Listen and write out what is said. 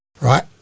right